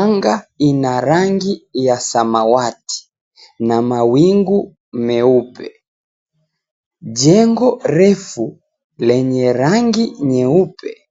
Anga ina rangi ya samawati na mawingu meupe. Jengo refu lenye rangi nyeupe